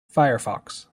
firefox